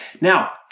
Now